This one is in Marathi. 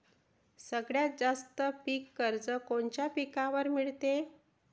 सगळ्यात जास्त पीक कर्ज कोनच्या पिकावर मिळते?